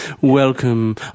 welcome